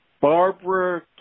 Barbara